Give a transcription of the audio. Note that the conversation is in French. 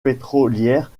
pétrolière